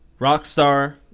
Rockstar